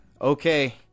okay